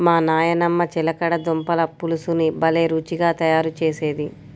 మా నాయనమ్మ చిలకడ దుంపల పులుసుని భలే రుచిగా తయారు చేసేది